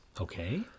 Okay